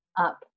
up